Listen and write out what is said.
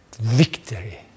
Victory